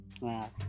Wow